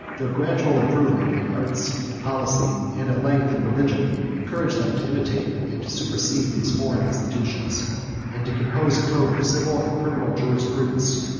their gradual improvement in arts, in policy, and at length in religion, encouraged them to imitate, and to supersede, these foreign institutions and to compose a code of civil and criminal jurisprudence,